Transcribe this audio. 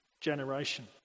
generation